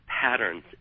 patterns